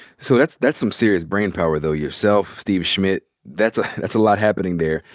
so that's that's some serious brain power though. yourself, steve schmidt, that's ah that's a lot happening there.